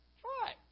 Try